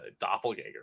doppelganger